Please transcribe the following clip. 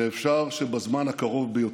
ואפשר שבזמן הקרוב ביותר.